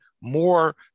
more